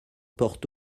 portent